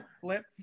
flip